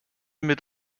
mit